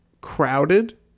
crowded